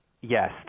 Yes